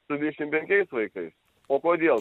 su dvidešim penkiais vaikais o kodėl